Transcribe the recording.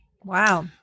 Wow